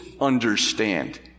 understand